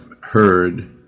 heard